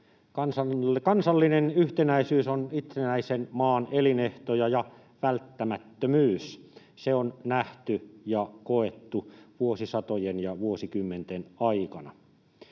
Kansallinen yhtenäisyys on itsenäisen maan elinehtoja ja välttämättömyys, se on nähty ja koettu vuosisatojen ja vuosikymmenten aikana.